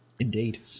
Indeed